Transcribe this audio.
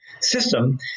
system